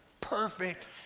perfect